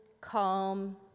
calm